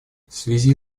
связи